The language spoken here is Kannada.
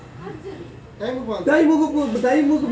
ಈ ಸಲದ ಬಜೆಟ್ ನಲ್ಲಿ ವಿಧವೆರ ಪೆನ್ಷನ್ ಹಣ ಎಷ್ಟು ಜಾಸ್ತಿ ಆಗಿದೆ?